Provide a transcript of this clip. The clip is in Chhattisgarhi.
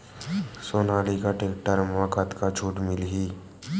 सोनालिका टेक्टर म कतका छूट मिलही?